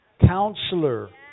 Counselor